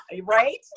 right